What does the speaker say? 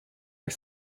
are